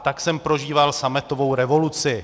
Tak jsem prožíval sametovou revoluci.